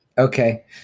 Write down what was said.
Okay